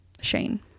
Shane